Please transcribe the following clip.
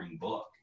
book